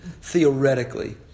theoretically